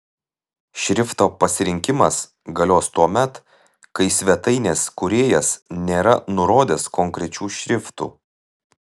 šrifto pasirinkimas galios tuomet kai svetainės kūrėjas nėra nurodęs konkrečių šriftų